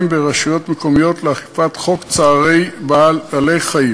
ברשויות מקומיות לאכיפת חוק צער בעלי-חיים.